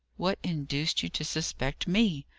what induced you to suspect me?